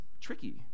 tricky